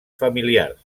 familiars